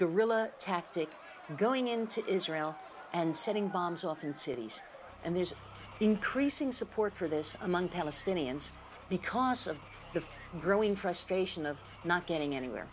guerilla tactics going into israel and setting bombs off in cities and there's increasing support for this among palestinians because of the growing frustration of not getting anywhere